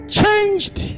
changed